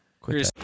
quick